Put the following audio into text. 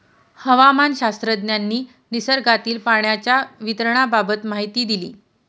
हवामानशास्त्रज्ञांनी निसर्गातील पाण्याच्या वितरणाबाबत माहिती दिली